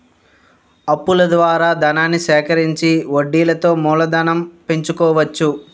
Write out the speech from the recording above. అప్పుల ద్వారా ధనాన్ని సేకరించి వడ్డీలతో మూలధనం పెంచుకోవచ్చు